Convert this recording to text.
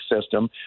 system